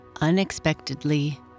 unexpectedly